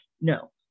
no